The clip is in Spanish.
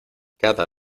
cada